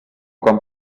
quan